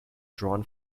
drawn